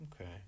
Okay